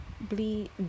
bleed